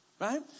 Right